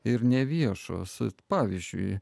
ir neviešos pavyzdžiui